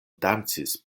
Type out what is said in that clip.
dancis